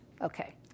Okay